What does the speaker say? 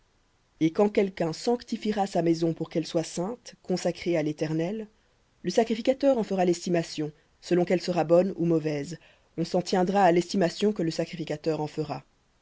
et quand quelqu'un sanctifiera sa maison pour qu'elle soit sainte à l'éternel le sacrificateur en fera l'estimation selon qu'elle sera bonne ou mauvaise on s'en tiendra à l'estimation que le sacrificateur en fera